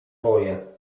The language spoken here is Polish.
dwoje